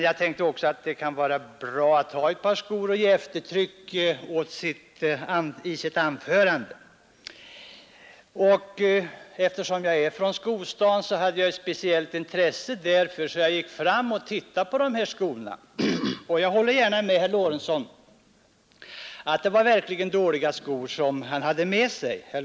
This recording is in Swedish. Jag tänkte också att det kan vara bra att ha ett par skor för att ge eftertryck åt sitt anförande. Eftersom jag är från skostaden hade jag speciellt intresse för saken. Jag gick därför fram och tittade på skorna. Jag håller gärna med herr Lorentzon om att det verkligen var dåliga skor som han hade med sig.